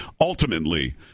ultimately